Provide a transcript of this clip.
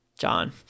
John